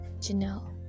Janelle